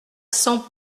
cent